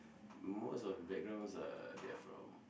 most of their backgrounds uh they are from